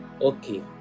okay